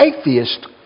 atheist